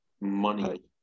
money